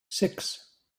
six